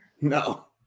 No